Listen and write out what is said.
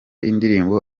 indirimbo